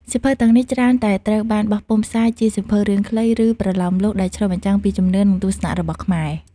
សៀវភៅទាំងនេះច្រើនតែត្រូវបានបោះពុម្ពផ្សាយជាសៀវភៅរឿងខ្លី ឬប្រលោមលោកដែលឆ្លុះបញ្ចាំងពីជំនឿ និងទស្សនៈរបស់ខ្មែរ។